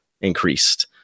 increased